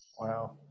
Wow